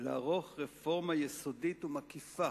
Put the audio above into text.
לערוך רפורמה יסודית ומקיפה